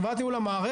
חברת ניהול המערכת,